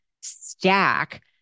stack